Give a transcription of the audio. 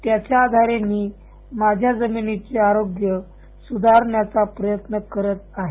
त्याच्या आधारे मी माझ्या जमिनीचे अरोग्य सुधारण्याचा प्रयत्न करत आहे